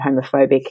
homophobic